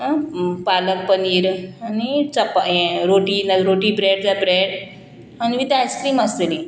पालक पनीर आनी चपा हें रोटी ना जाल्यार रोटी ब्रेड जा ब्रेड आनी वीथ आयस्क्रीम आसतली